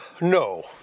no